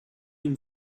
him